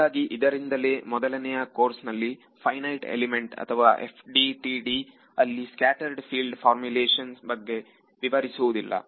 ಹೀಗಾಗಿ ಇದರಿಂದಲೇ ಮೊದಲನೆಯ ಕೋರ್ಸಿನಲ್ಲಿ ಫೈನೈಟ್ ಎಲಿಮೆಂಟ್ ಅಥವಾ FDTD ಅಲ್ಲಿ ಸ್ಕ್ಯಾಟರೆಡ್ ಸೀಲ್ಡ್ ಫಾರ್ಮುಲೇಶನ್ಸ್ ಬಗ್ಗೆ ವಿವರಿಸುವುದಿಲ್ಲ